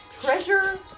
Treasure